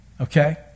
Okay